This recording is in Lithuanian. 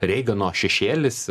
reigano šešėlis